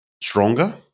stronger